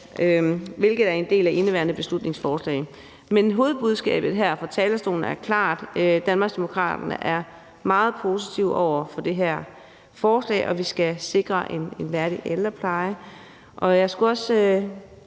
hvilket er en del af indeværende beslutningsforslag. Men hovedbudskabet her fra talerstolen er klart: Danmarksdemokraterne er meget positive over for det her forslag; vi skal sikre en værdig ældrepleje. Jeg skulle også